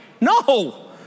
No